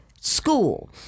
school